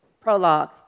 prologue